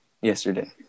yesterday